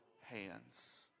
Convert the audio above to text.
hands